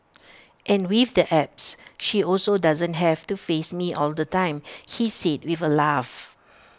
and with the apps she also doesn't have to face me all the time he said with A laugh